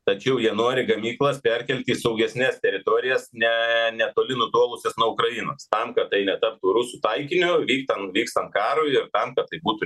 tačiau jie nori gamyklas perkelti į saugesnes teritorijas ne netoli nutolusias nuo ukrainos tam kad tai netaptų rusų taikiniu vyk ten vykstant karui ir tam kad tai būtų